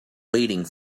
waiting